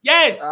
Yes